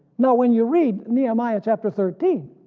now when you read nehemiah chapter thirteen